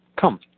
Come